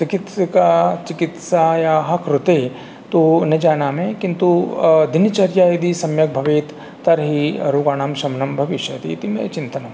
चिकित्सिका चिकित्सायाः कृते तु न जानामि किन्तु दिनचर्या यदि सम्यक् भवेत् तर्हि रोगाणां शमनं भविष्यति इति मे चिन्तनम्